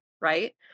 right